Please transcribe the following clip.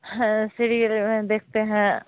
हाँ सीरियल में देखते हैं